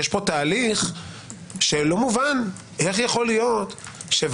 יש פה תהליך שלא מובן; איך יכול להיות שהוועדה